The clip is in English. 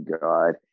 God